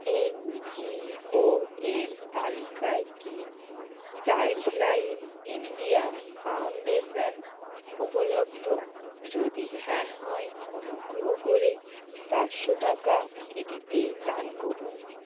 NGO এর তালিকায় কি চাইল্ডলাইন ইন্ডিয়া ফাউন্ডেশন উপলব্ধ যদি হ্যাঁ হয় অনুগ্রহ করে চারশো টাকা এটিতে দান করুন